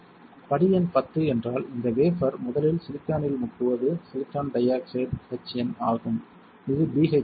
படி எண் 10 என்றால் இந்த வேபர் முதலில் சிலிக்கானில் முக்குவது சிலிக்கான் டை ஆக்சைடு HN ஆகும் இது BHF ஆகும்